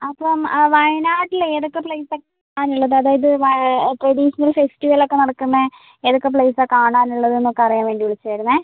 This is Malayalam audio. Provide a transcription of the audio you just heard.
അപ്പം വയനാട്ടിൽ ഏതൊക്കെ പ്ലെയ്സ് ആണ് കാണാൻ ഉള്ളത് അതായത് ട്രഡീഷണൽ ഫെസ്റ്റിവൽ ഒക്കെ നടക്കുന്ന ഏതൊക്കെ പ്ലെയ്സ് ആണ് കാണാൻ ഉള്ളതെന്നൊക്കെ അറിയാൻ വേണ്ടി വിളിച്ചതായിരുന്നേ